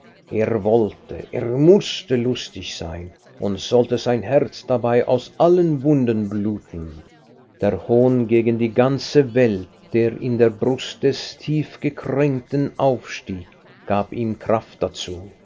er wollte er mußte lustig sein und sollte sein herz dabei aus allen wunden bluten der hohn gegen die ganze welt der in der brust des tiefgekränkten aufstieg gab ihm kraft dazu